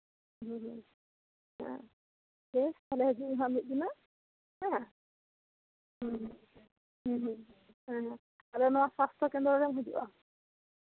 ᱦᱩᱸ ᱦᱩᱸ ᱦᱮᱸ ᱦᱤᱡᱩᱜ ᱢᱮ ᱱᱟᱦᱟᱜ ᱢᱤᱫ ᱫᱤᱱ ᱦᱤᱞᱟᱹᱜ ᱦᱮᱸ ᱦᱩᱸ ᱦᱩᱸ ᱟᱨᱦᱚᱸ ᱱᱚᱣᱟ ᱥᱟᱸᱣᱟᱨ ᱛᱟᱞᱢᱟ ᱨᱮᱢ ᱦᱤᱡᱩᱜᱼᱟ